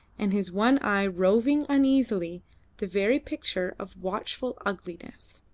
and his one eye roving uneasily the very picture of watchful ugliness.